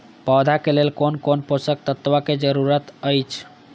पौधा के लेल कोन कोन पोषक तत्व के जरूरत अइछ?